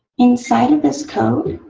inside of this code